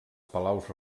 palaus